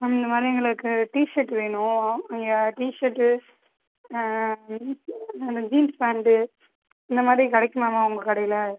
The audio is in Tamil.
மேம் இந்தமாதிரி எங்களுக்கு டீ சர்ட் வேணும் நீங்கள் டீ சர்ட் ஜீன்ஸ் பேண்ட் இந்தமாதிரி கிடைக்குமா மேம் உங்க கடையில்